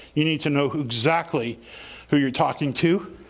you need to know who exactly who you're talking to.